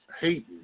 hating